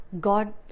god